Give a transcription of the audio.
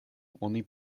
oni